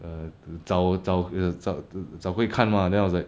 找找找找会看吗 then I was like